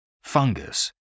fungus